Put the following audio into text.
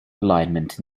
alignment